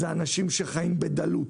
אלה אנשים שחיים בדלות,